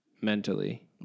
mentally